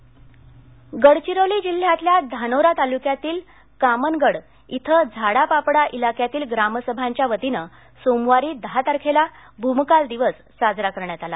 गडचिरोली गडचिरोली जिल्ह्यातल्या धानोरा तालुक्यातील कामनगड इथ झाडापापडा इलाक्यातील ग्रामसभांच्या वतीनं सोमवारी दहा तारखेला भूमकाल दिवस साजरा करण्यात आला